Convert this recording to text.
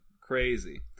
crazy